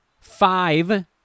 Five